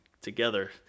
together